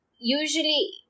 Usually